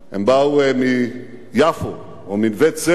הם באו מיפו או מנווה-צדק,